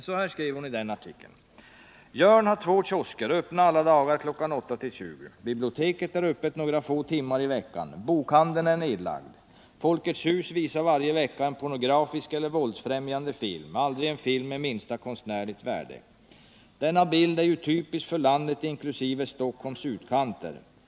Så här skriver hon: ”Jörn har två kiosker öppna alla dagar kl. 8-20. Biblioteket är öppet några få timmar i veckan. Bokhandeln är nedlagd. Folkets Hus visar varje vecka en pornografisk eller en våldsfrämjande film, aldrig en film med minsta konstnärligt värde. Denna bild är ju typisk för landet inkl. Stockholms utkanter.